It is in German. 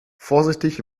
vorsichtig